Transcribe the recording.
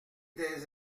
des